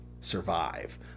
survive